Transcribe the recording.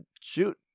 shoot